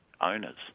owners